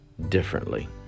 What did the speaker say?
differently